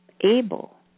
able